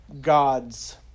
God's